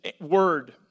word